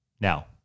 Now